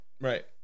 right